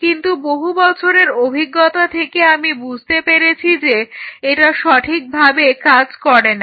কিন্তু বহু বছরের অভিজ্ঞতা থেকে আমি বুঝতে পেরেছি যে এটা সঠিকভাবে কাজ করে না